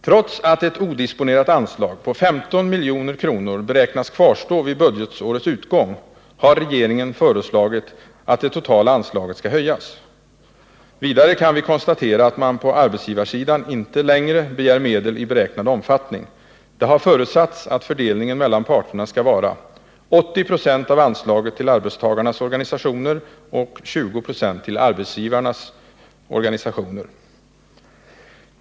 Trots att ett odisponerat anslag på 15 milj.kr. beräknas kvarstå vid budgetårets utgång har regeringen föreslagit att det totala anslaget skall höjas. Vidare kan vi konstatera att man på arbetsgivarsidan inte längre begär medel i beräknad omfattning. Det har förutsatts att fördelningen av anslaget mellan parterna skall vara 80 96 till arbetstagarnas organisationer och 20 96 till arbetsgivarnas organisationer.